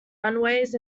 runways